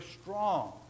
strong